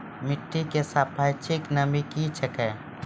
मिटी की सापेक्षिक नमी कया हैं?